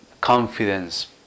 confidence